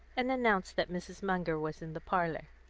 and announced that mrs. munger was in the parlour.